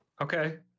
Okay